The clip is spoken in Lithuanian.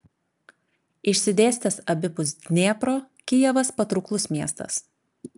išsidėstęs abipus dniepro kijevas patrauklus miestas